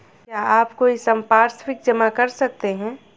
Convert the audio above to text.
क्या आप कोई संपार्श्विक जमा कर सकते हैं?